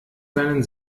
seinen